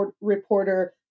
reporter